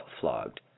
flogged